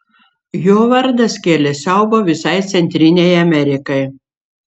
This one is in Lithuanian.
jo vardas kėlė siaubą visai centrinei amerikai